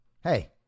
Hey